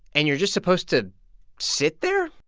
and you're just supposed to sit there?